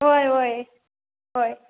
वोय वोय वोय